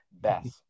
best